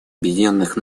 объединенных